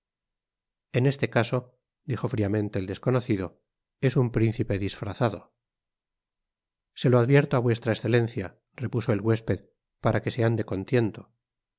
en este caso dijo fríamente el desconocido es un príncipe disfrazado se lo advierto á v e repuso el huésped para que se